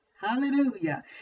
hallelujah